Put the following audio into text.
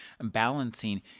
balancing